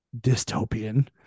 dystopian